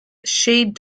shade